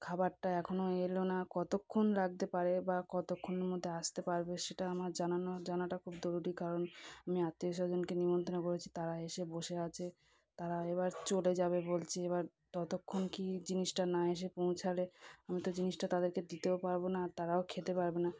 খাবারটা এখনও এল না কতক্ষণ লাগতে পারে বা কতক্ষণের মধ্যে আসতে পারবে সেটা আমার জানানো জানাটা খুব জরুরি কারণ আমি আত্মীয়স্বজনকে নিমন্তন্ন করেছি তারা এসে বসে আছে তারা এবার চলে যাবে বলছে এবার ততক্ষণ কি জিনিসটা না এসে পৌঁছালে আমি তো জিনিসটা তাদেরকে দিতেও পারব না আর তারাও খেতে পারবে না